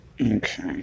Okay